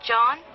John